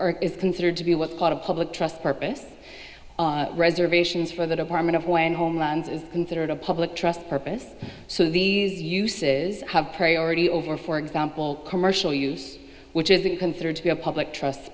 or is considered to be what part of public trust purpose reservations for the department of when homelands is considered a public trust purpose so these uses have priority over for example commercial use which isn't considered to be a public trust